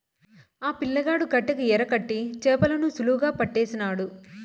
ఆ పిల్లగాడు కట్టెకు ఎరకట్టి చేపలను సులువుగా పట్టేసినాడు